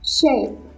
Shape